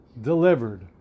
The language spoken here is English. delivered